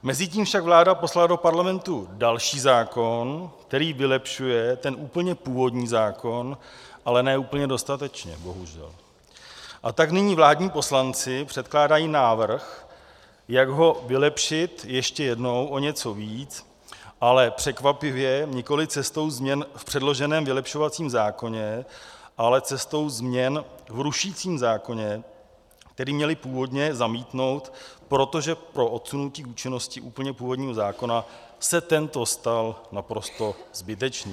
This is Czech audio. Mezitím však vláda poslala do Parlamentu další zákon, který vylepšuje ten úplně původní zákon, ale ne úplně dostatečně, a tak nyní vládní poslanci předkládají návrh, jak ho vylepšit ještě jednou o něco víc, ale překvapivě nikoliv cestou změn v předloženém vylepšovacím zákoně, ale cestou změn v rušicím zákoně, který měli původně zamítnout, protože po odsunutí účinnosti úplně původního zákona se tento stal naprosto zbytečným.